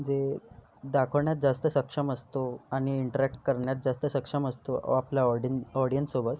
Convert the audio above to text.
जे दाखवण्यात जास्त सक्षम असतो आणि इंटरॅक्ट करण्यात जास्त सक्षम असतो आपल्या ऑडिय ऑडियन्ससोबत